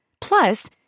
Plus